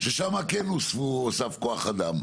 ששם כן נוסף כוח אדם.